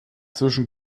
zwischen